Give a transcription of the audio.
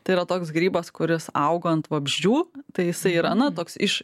tai yra toks grybas kuris auga ant vabzdžių tai jisai yra na toks iš